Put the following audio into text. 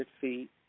feet